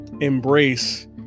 embrace